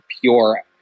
pure